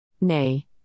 Nay